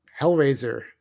Hellraiser